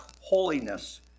holiness